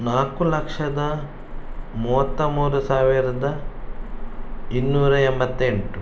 ನಾಲ್ಕು ಲಕ್ಷದ ಮೂವತ್ತ ಮೂರು ಸಾವಿರದ ಇನ್ನೂರ ಎಂಬತ್ತೆಂಟು